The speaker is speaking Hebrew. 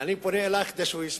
אני פונה אלייך כדי שהוא ישמע.